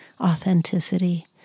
authenticity